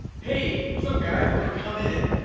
hey what's up guy, do you wanna come in,